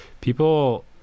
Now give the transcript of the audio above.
people